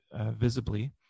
visibly